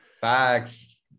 Facts